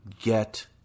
get